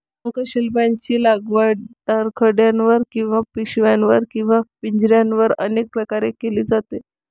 शंखशिंपल्यांची लागवड दोरखंडावर किंवा पिशव्यांवर किंवा पिंजऱ्यांवर अनेक प्रकारे केली जाते